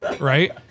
right